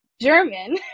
German